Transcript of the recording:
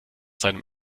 seinem